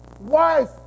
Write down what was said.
wife